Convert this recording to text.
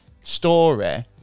story